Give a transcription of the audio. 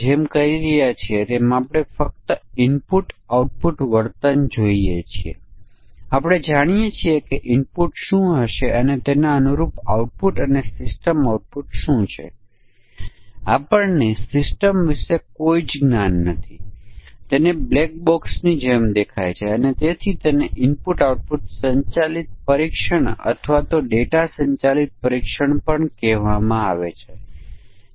જ્યાં આપણે અમાન્ય મૂલ્યોને ધ્યાનમાં લઈએ છીએ તેથી 5 કરતા ઓછા શાળા કરતા ઓછા 5 થી 30 ની વચ્ચે શાળા કરતા ઓછા